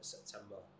September